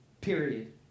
Period